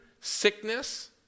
sickness